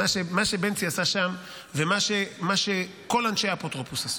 זה מה שבנצי עשה שם ומה שכל אנשי האפוטרופוס עשו.